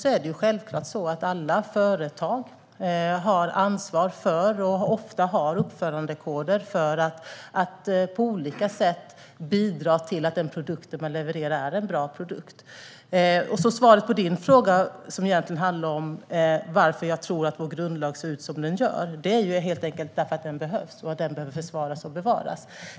Det är självklart så att alla företag har ansvar för att på olika sätt bidra till att de produkter de levererar är bra produkter. Ofta har företagen uppförandekoder. Svaret på Aron Emilssons fråga, som egentligen handlar om varför jag tror att vår grundlag ser ut som den gör, är helt enkelt att den behövs och behöver försvaras och bevaras.